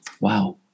Wow